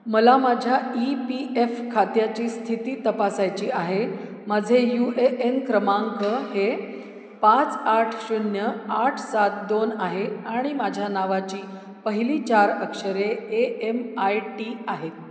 मला माझ्या E P F खात्याची स्थिती तपासायची आहे माझे यू ए एन क्रमांक हे पाच आठ शून्य आठ सात दोन आहे आणि माझ्या नावाची पहिली चार अक्षरे ए एम आय टी आहेत